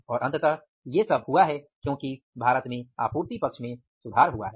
और अंततः ये सब हुआ है क्योंकि आपूर्ति पक्ष सुधरा है